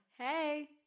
Hey